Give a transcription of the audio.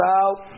out